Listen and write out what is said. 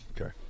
Okay